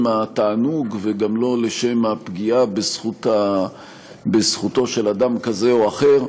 התענוג וגם לא לשם הפגיעה בזכותו של אדם כזה או אחר,